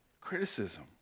criticism